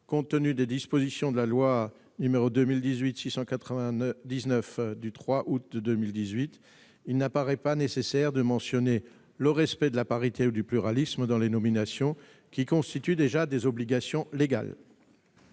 Compte tenu des dispositions de la loi n° 2018-699 du 3 août 2018, il n'apparaît pas nécessaire de mentionner le respect de la parité ou du pluralisme dans les nominations, dans la mesure où il s'agit déjà d'obligations légales.